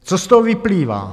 Co z toho vyplývá?